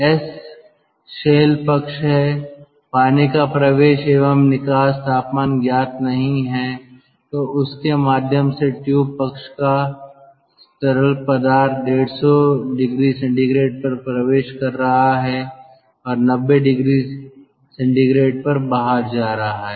S shell पक्ष है पानी का प्रवेश एवं निकास तापमान ज्ञात नहीं है तो उस के माध्यम से ट्यूब पक्ष का तरल पदार्थ 150 oC पर प्रवेश कर रहा है और 90 oC पर बाहर जा रहा है